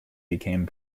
became